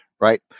right